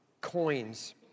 coins